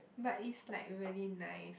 but if like really nice